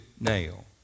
nail